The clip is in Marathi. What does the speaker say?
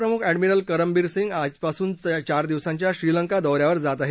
नौदल प्रमुख अड्डमिरल करमबीर सिंह आजपासून चार दिवसाच्या श्रीलंका दौ यावर जात आहे